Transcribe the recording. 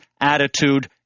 attitude